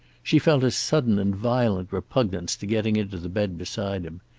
she felt a sudden and violent repugnance to getting into the bed beside him.